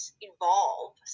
evolve